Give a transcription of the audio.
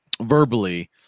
verbally